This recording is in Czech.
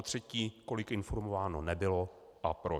3. Kolik informováno nebylo a proč?